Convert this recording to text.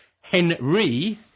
Henry